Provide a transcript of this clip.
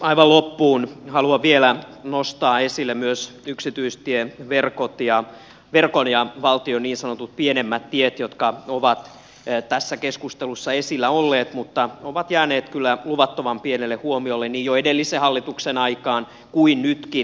aivan loppuun haluan vielä nostaa esille myös yksityistieverkon ja valtion niin sanotut pienemmät tiet jotka ovat tässä keskustelussa esillä olleet mutta ovat jääneet kyllä luvattoman pienelle huomiolle niin jo edellisen hallituksen aikaan kuin nytkin